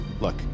Look